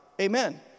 Amen